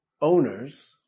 owners